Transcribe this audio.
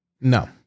No